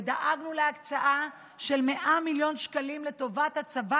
ודאגנו להקצאה של 100 מיליון שקלים לטובת הצבת